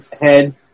head